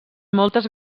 moltes